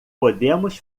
podemos